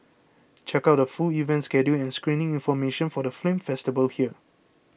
check out the full event schedule and screening information for the film festival here